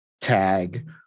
tag